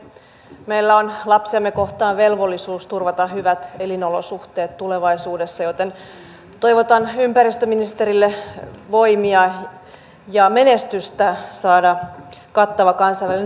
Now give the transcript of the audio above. meillä on lapsiamme kohtaan velvollisuus turvata hyvät elinolosuhteet tulevaisuudessa joten toivotan ympäristöministerille voimia ja menestystä saada kattava kansainvälinen ilmastosopimus